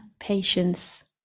patience